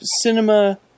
cinema